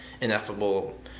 ineffable